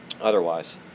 otherwise